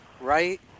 right